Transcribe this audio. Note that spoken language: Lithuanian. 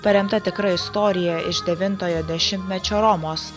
paremta tikra istorija iš devintojo dešimtmečio romos